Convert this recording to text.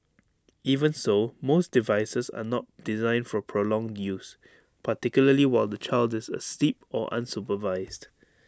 even so most devices are not designed for prolonged use particularly while the child is asleep or unsupervised